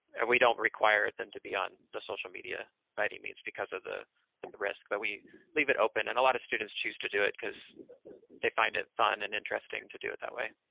and we don't require them to be on the social media by any means because of the and the risk, but we leave it open, and a lot of students choose to do it because they find it fun and interesting to do it that way.